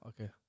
okay